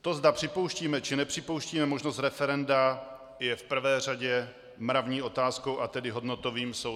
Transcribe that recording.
To, zda připouštíme, či nepřipouštíme možnost referenda, je v prvé řadě mravní otázkou, a tedy hodnotovým soudem.